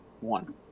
one